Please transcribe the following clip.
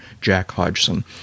jackhodgson